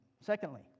Secondly